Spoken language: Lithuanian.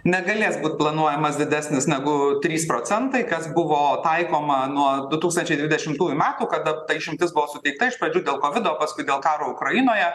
negalės būt planuojamas didesnis negu trys procentai kas buvo taikoma nuo du tūkstančiai dvidešimtųjų metų kada ta išimtis buvo suteikta iš pradžių dėl kovido paskui dėl karo ukrainoje